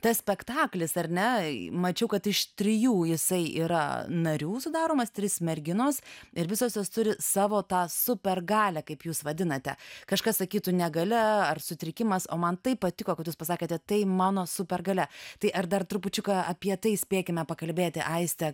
tas spektaklis ar ne mačiau kad iš trijų jisai yra narių sudaromas trys merginos ir visos jos turi savo tą supergalią kaip jūs vadinate kažkas sakytų negalia ar sutrikimas o man taip patiko kad jūs pasakėte tai mano supergalia tai ar dar trupučiuką apie tai spėkime pakalbėti aiste